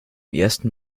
ersten